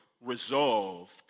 resolved